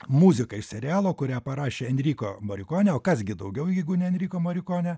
muzikai serialo kurią parašė enriko morikonio o kas gi daugiau jeigu ne enriko marikonio